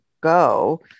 go